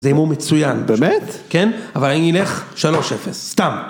זה אימון מצוין, באמת? כן. אבל אני ילך 3-0, סתם.